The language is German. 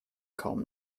kaum